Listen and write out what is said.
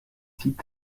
zieht